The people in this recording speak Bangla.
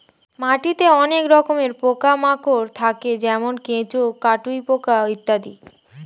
মাটিতে অনেক রকমের পোকা মাকড় থাকে যেমন কেঁচো, কাটুই পোকা ইত্যাদি